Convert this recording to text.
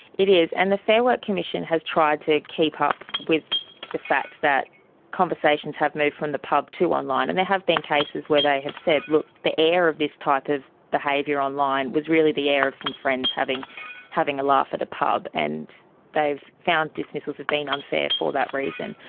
it is, and the fair work commission has tried to keep up with the fact that conversations have moved from the pub to online, and there have been cases where they have said, look, the air of this type of behaviour online was really the air of some friends having having a laugh at a pub, and they've found dismissals have been unfair for that reason.